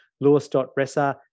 lewis.ressa